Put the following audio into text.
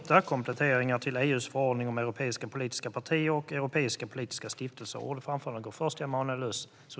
Herr talman!